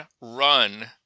run